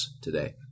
today